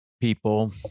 people